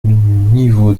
niveau